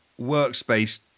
workspace